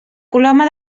coloma